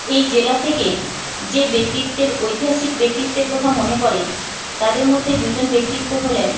এই জেলা থেকে যে ব্যক্তিত্বের ঐতিহাসিক ব্যক্তিত্বের কথা মনে পড়ে তাঁদের মধ্যে দুজন ব্যক্তিত্ব হলেন